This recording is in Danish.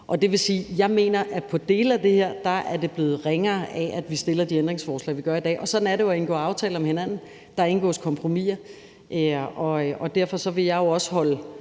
ud. Det vil sige, at jeg mener, at dele af det her er blevet ringere af, at vi stiller de ændringsforslag, vi gør i dag, og sådan er det jo at indgå aftaler med hinanden. Der indgås kompromiser, og derfor vil jeg jo også holde